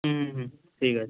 হুম হুম ঠিক আছে